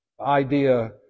idea